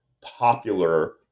popular